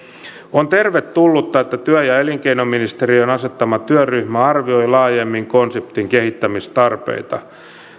on tervetullutta että työ ja elinkeinoministeriön asettama työryhmä arvioi laajemmin konseptin kehittämistarpeita